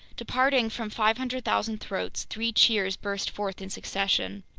departing from five hundred thousand throats, three cheers burst forth in succession.